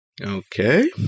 Okay